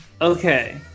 okay